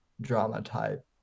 drama-type